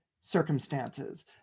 circumstances